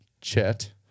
Chet